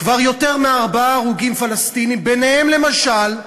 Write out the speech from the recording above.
כבר יותר מארבעה הרוגים פלסטינים, ביניהם, למשל,